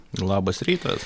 labas rytas